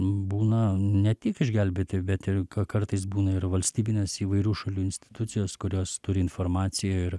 būna ne tik išgelbėti bet ir ka kartais būna ir valstybinės įvairių šalių institucijos kurios turi informaciją ir